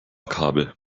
kabel